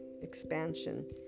expansion